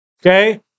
Okay